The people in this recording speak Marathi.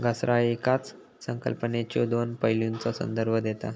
घसारा येकाच संकल्पनेच्यो दोन पैलूंचा संदर्भ देता